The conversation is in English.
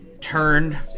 turned